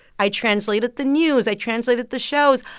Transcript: i translated the news. i translated the shows.